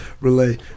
Relay